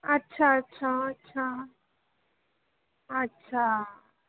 अच्छा अच्छा अच्छा अच्छा